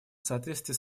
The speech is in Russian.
соответствии